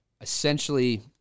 essentially